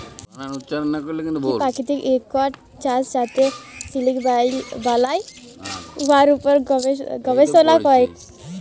পাকিতিক ইকট চাষ যাতে সিলিক বালাই, উয়ার উপর গবেষলা ক্যরে